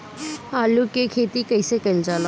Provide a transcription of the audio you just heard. आलू की खेती कइसे कइल जाला?